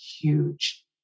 huge